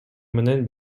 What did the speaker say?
менен